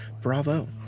Bravo